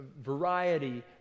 variety